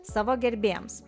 savo gerbėjams